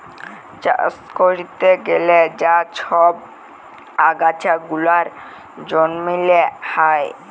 চাষ ক্যরতে গ্যালে যা ছব আগাছা গুলা জমিল্লে হ্যয়